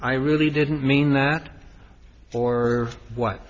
i really didn't mean that or what